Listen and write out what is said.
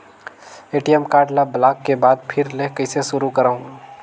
ATM card ल block के बाद फिर ले कइसे शुरू करव?